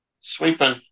Sweeping